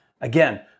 Again